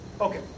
Okay